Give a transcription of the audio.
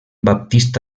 baptista